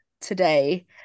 today